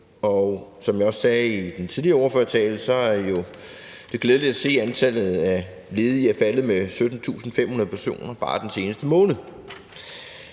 Og som jeg også sagde i min tidligere ordførertale, er det jo glædeligt at se, at antallet af ledige er faldet med 17.500 personer bare den seneste måned.